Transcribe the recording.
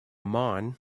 mine